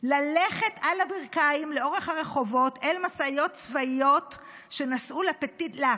ללכת על הברכיים לאורך הרחובות אל משאיות צבאיות שנסעו ל-Petit Lac,